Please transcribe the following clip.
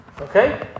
Okay